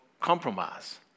compromise